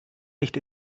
nicht